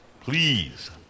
please